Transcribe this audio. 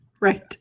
right